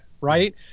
right